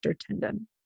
tendon